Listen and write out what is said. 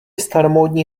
staromódní